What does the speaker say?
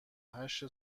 هشت